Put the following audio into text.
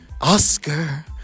Oscar